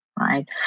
right